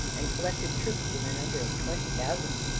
and collected troops to the number of twenty thousand.